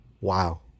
Wow